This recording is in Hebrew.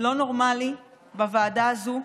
לא נורמלי בוועדה הזאת.